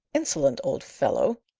insolent old fellow!